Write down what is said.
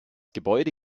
gebäude